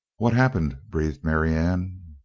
what happened? breathed marianne.